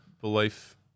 belief